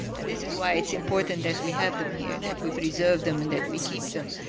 and this is why it's important that we have them here and that we preserve them and that we keep them.